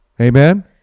Amen